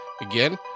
Again